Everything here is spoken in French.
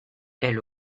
elle